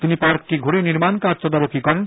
তিনি পার্কটি ঘুরে নির্মাণ কাজ তদারকি করেন